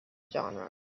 genres